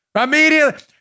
Immediately